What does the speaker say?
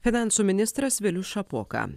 finansų ministras vilius šapoka